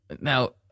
now